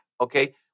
Okay